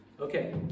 Okay